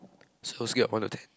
so scale of one to ten